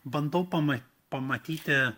bandau pama pamatyti